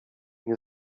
nie